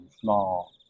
small